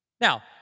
Now